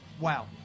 Wow